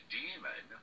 demon